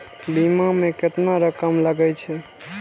बीमा में केतना रकम लगे छै?